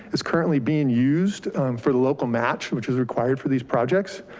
is currently being used for the local match, which is required for these projects.